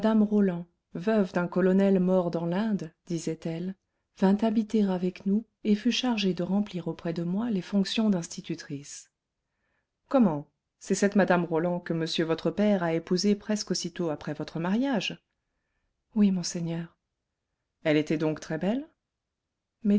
roland veuve d'un colonel mort dans l'inde disait-elle vint habiter avec nous et fut chargée de remplir auprès de moi les fonctions d'institutrice comment c'est cette mme roland que monsieur votre père a épousée presque aussitôt après votre mariage oui monseigneur elle était donc